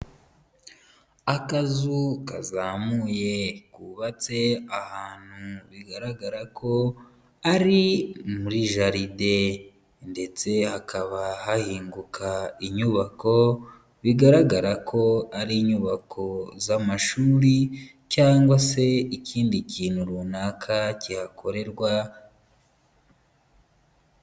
Akazu kazamuye kubatse ahantu bigaragara ko ari muri jaride. Ndetse hakaba hahinguka inyubako bigaragara ko ari inyubako z'amashuri cyangwa se ikindi kintu runaka cyihakorerwa.